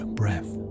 breath